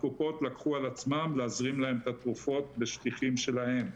הקופות לקחו על עצמן להזרים להם את התרופות בשליחים שלהן.